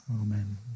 Amen